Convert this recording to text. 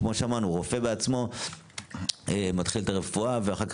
גם רופא בעצמו מתחיל את הרפואה ואחר כך